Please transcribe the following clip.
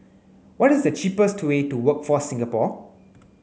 what is the cheapest way to Workforce Singapore